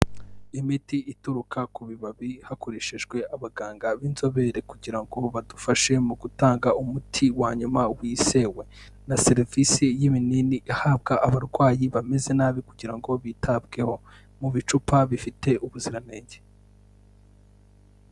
Imiti ituruka ku bibabi, hakoreshejwe abaganga b'inzobere kugira ngo badufashe mu gutanga umuti wa nyuma wizewe na serivisi y'ibinini, ihabwa abarwayi bameze nabi kugira ngo bitabweho, mu bicupa bifite ubuziranenge.